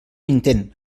intent